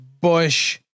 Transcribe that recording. Bush